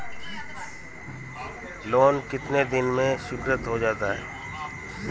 Loan कितने दिन में स्वीकृत हो जाता है?